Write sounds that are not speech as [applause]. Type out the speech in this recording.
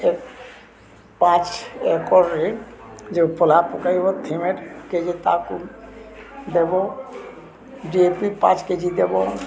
ଏକ ପାଞ୍ଚ ଏକର୍ରେ ଯୋଉ ପଲ୍ହା ପକେଇବ [unintelligible] କେଜି ତା'କୁ ଦେବ ଡିଏପି ପାଞ୍ଚ କେଜି ଦେବ